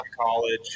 college